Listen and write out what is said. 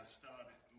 started